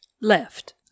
left